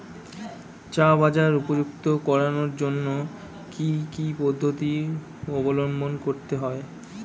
চা বাজার উপযুক্ত করানোর জন্য কি কি পদ্ধতি অবলম্বন করতে হয়?